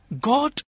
God